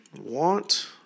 want